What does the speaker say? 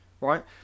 right